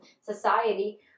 society